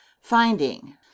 Finding